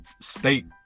state